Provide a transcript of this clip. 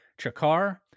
Chakar